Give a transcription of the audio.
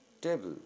table